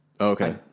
Okay